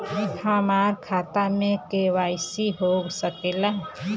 हमार खाता में के.वाइ.सी हो सकेला?